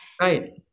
right